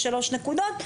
שלוש נקודות,